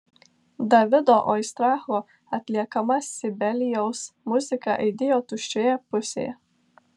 davido oistracho atliekama sibelijaus muzika aidėjo tuščiojoje pusėje